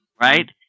right